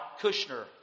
Kushner